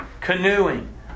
canoeing